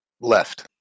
left